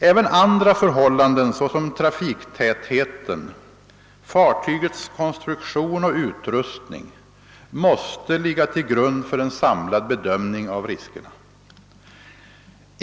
Även andra förhållanden, såsom trafiktätheten och fartygets konstruktion och utrustning, måste ligga till grund för en samlad bedömning av riskerna.